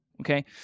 okay